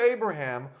Abraham